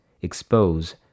expose